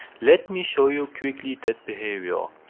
let me show you quickly that behavior.